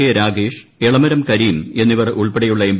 K Ragesh Elamaram Kareem എന്നിവർ ഉൾപ്പെടെയുള്ള M